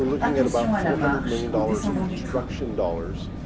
looking at about four hundred million dollars of construction dollars.